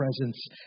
presence